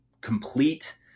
complete